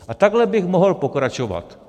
A takhle bych mohl pokračovat.